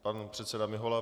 Pan předseda Mihola.